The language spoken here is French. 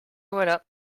voilà